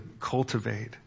cultivate